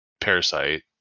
parasite